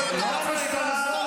--- תורידו אותו.